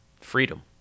freedom